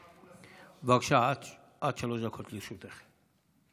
בבקשה, עד שלוש דקות לרשותך.